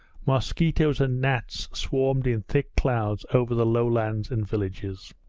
mosquitoes and gnats swarmed in thick clouds over the low lands and villages.